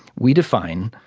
we define